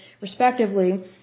respectively